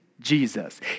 Jesus